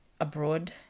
abroad